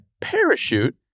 parachute